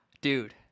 dude